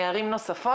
מערים נוספות.